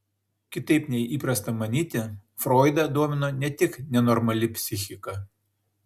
kitaip nei įprasta manyti froidą domino ne tik nenormali psichika